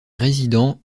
résidents